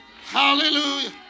Hallelujah